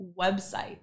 website